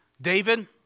David